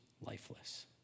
lifeless